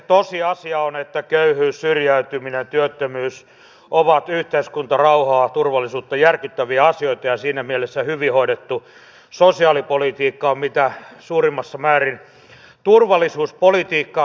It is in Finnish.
tosiasia on että köyhyys syrjäytyminen ja työttömyys ovat yhteiskuntarauhaa ja turvallisuutta järkyttäviä asioita ja siinä mielessä hyvin hoidettu sosiaalipolitiikka on mitä suurimmassa määrin turvallisuuspolitiikkaa